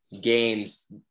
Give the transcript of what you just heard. games